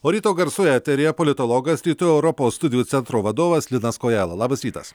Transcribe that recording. o ryto garsų eteryje politologas rytų europos studijų centro vadovas linas kojala labas rytas